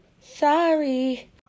Sorry